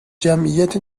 جمعیت